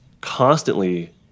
constantly